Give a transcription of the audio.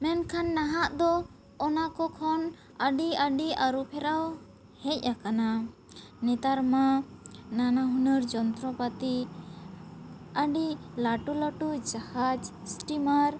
ᱢᱮᱱᱠᱷᱟᱱ ᱱᱟᱦᱟᱜ ᱫᱚ ᱚᱱᱟ ᱠᱚ ᱠᱷᱚᱱ ᱟᱹᱰᱤ ᱟᱹᱰᱤ ᱟᱹᱨᱩ ᱯᱷᱮᱨᱟᱣ ᱦᱮᱡ ᱟᱠᱟᱱᱟ ᱱᱮᱛᱟᱨ ᱢᱟ ᱱᱟᱱᱟ ᱦᱩᱱᱟᱹᱨ ᱡᱚᱱᱛᱨᱚ ᱯᱟᱹᱛᱤ ᱟᱹᱰᱤ ᱞᱟᱹᱴᱩ ᱞᱟᱹᱴᱩ ᱡᱟᱦᱟᱡᱽ ᱥᱴᱨᱤᱢᱟᱨ